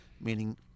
meaning